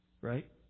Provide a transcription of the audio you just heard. Right